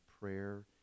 prayer